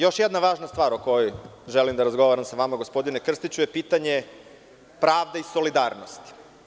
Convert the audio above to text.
Još jedna važna stvar o kojoj želim da razgovaram sa vama, gospodine Krstiću, je pitanje pravde i solidarnosti.